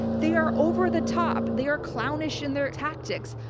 they are over the top. they are clownish in their tactics.